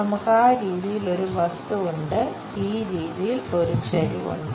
നമുക്ക് ആ രീതിയിൽ ഒരു വസ്തു ഉണ്ട് ഈ രീതിയിൽ ഒരു ചെരിവ് ഉണ്ട്